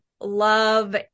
love